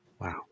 Wow